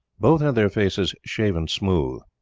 both had their faces shaven smooth.